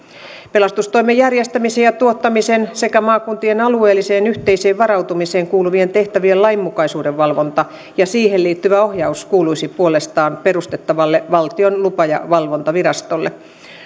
pelastustoimen järjestämisen ja tuottamisen sekä maakuntien alueelliseen yhteiseen varautumiseen kuuluvien tehtävien lainmukaisuuden valvonta ja siihen liittyvä ohjaus kuuluisi puolestaan perustettavalle valtion lupa ja valvontavirastolle